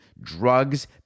drugs